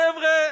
חבר'ה,